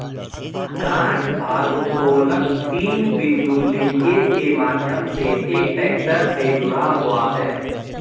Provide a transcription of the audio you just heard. गांठ भारोत्तोलक तीन बिंदु लिंकेज के माध्यम से एक ट्रैक्टर से जुड़ा हुआ है